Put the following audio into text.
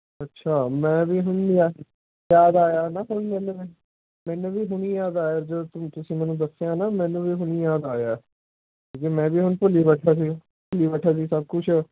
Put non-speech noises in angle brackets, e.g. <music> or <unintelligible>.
ਅੱਛਾ ਮੈਂ ਵੀ ਹੁਣ <unintelligible> ਯਾਦ ਆਇਆ ਨਾ ਹੁਣ ਮੈਨੂੰ ਵੀ ਮੈਨੂੰ ਵੀ ਹੁਣੇ ਯਾਦ ਆਇਆ ਜਦੋਂ ਤੁਸੀਂ ਮੈਨੂੰ ਦੱਸਿਆ ਨਾ ਮੈਨੂੰ ਵੀ ਹੁਣੇ ਯਾਦ ਆਇਆ ਜੇ ਮੈਂ ਵੀ ਹੁਣ ਭੁੱਲੀ ਬੈਠਾ ਸੀ ਭੁੱਲੀ ਬੈਠਾ ਸੀ ਸਭ ਕੁਛ